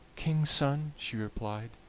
king's son, she replied,